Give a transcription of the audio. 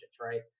right